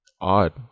odd